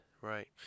Right